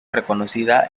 reconocida